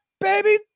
baby